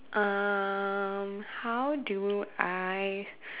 um how do I